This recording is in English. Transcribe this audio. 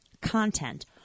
content